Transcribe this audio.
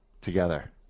together